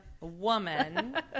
woman